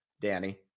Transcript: Danny